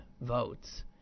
votes